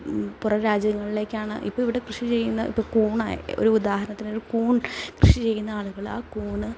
പുറം രാജ്യങ്ങളിലേക്കാണ് ഇപ്പോൾ ഇവിടെ കൃഷി ചെയ്യുന്ന ഇപ്പോൾ കൂണായിക്കോട്ടെ ഒരു ഉദാഹരണത്തിന് ഒരു കൂൺ കൃഷി ചെയ്യുന്ന ആളുകൾ ആ കൂൺ